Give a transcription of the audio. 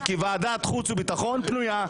כי ועדת חוץ וביטחון פנויה,